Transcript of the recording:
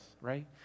right